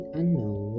unknown